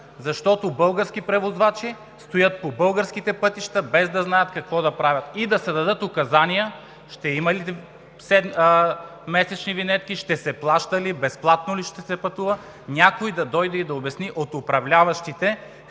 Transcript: защото български превозвачи стоят по българските пътища, без да знаят какво да правят. Да се дадат указания ще има ли месечни винетки, ще се плаща ли, безплатно ли ще се пътува? Някой от управляващите